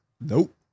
Nope